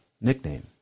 nickname